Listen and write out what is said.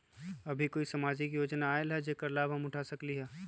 अभी कोई सामाजिक योजना आयल है जेकर लाभ हम उठा सकली ह?